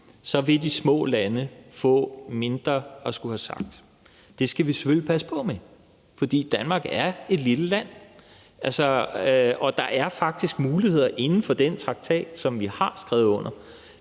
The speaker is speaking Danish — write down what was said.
vil de små lande få mindre at skulle have sagt. Det skal vi selvfølgelig passe på med, for Danmark er et lille land. Der er faktisk muligheder inden for den traktat, som vi har skrevet under